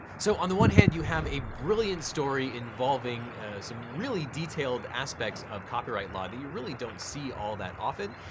so on the one hand, you have a brilliant story involving some really detailed aspects of copyright law that you really don't see all that often,